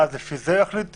ואז לפי זה יחליט לסגור?